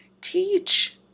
Teach